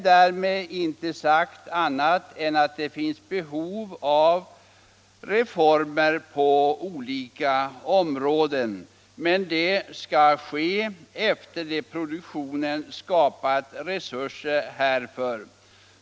Därmed är inte sagt att det inte finns behov av reformer på olika områden. Men de skall genomföras efter det att produktionen har skapat resurser härför.